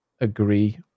agree